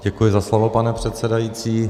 Děkuji za slovo, pane předsedající.